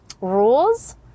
rules